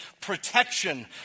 protection